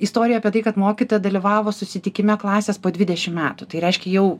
istorija apie tai kad mokytojai dalyvavo susitikime klasės po dvidešim metų tai reiškia jau